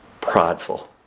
prideful